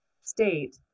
state